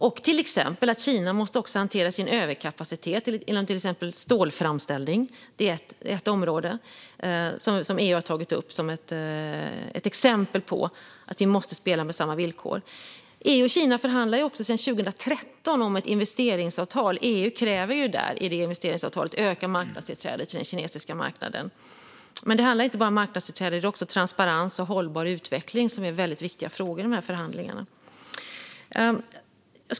Att Kina också måste hantera sin överkapacitet inom stålframställning har EU tagit upp som exempel på att vi måste ha lika villkor. EU och Kina förhandlar sedan 2013 om ett investeringsavtal, och i det kräver EU ökat marknadstillträde till den kinesiska marknaden. Det handlar dock inte bara om marknadstillträde, utan transparens och hållbar utveckling är också viktiga frågor i dessa förhandlingar.